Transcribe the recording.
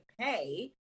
pay